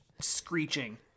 screeching